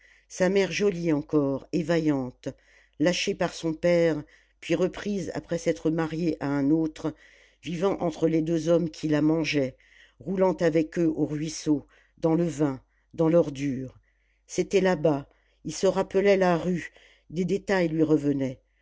sa mère jolie encore et vaillante lâchée par son père puis reprise après s'être mariée à un autre vivant entre les deux hommes qui la mangeaient roulant avec eux au ruisseau dans le vin dans l'ordure c'était là-bas il se rappelait la rue des détails lui revenaient